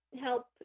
help